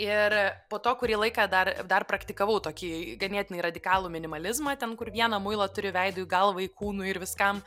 ir po to kurį laiką dar dar praktikavau tokį ganėtinai radikalų minimalizmą ten kur vieną muilą turi veidui galvai kūnui ir viskam